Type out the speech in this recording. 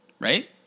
Right